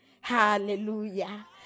Hallelujah